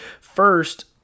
First